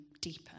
deeper